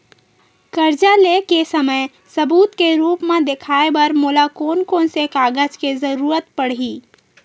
कर्जा ले के समय सबूत के रूप मा देखाय बर मोला कोन कोन से कागज के जरुरत पड़ही?